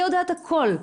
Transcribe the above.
היא יודעת הכל.